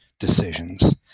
Decisions